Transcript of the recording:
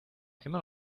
immer